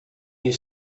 you